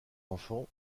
enfants